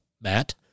Matt